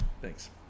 thanks